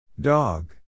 Dog